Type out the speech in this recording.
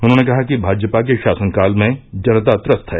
उन्होंने कहा कि भाजपा के शासनकाल में जनता त्रस्त है